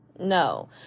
No